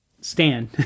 stand